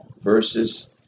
verses